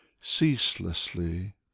Ceaselessly